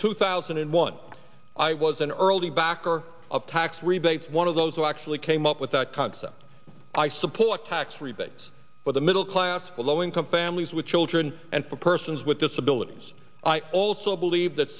two thousand and one i was an early backer of tax rebates one of those who actually came up with that concept i support tax rebates for the middle class following families with children and for persons with disabilities i also believe that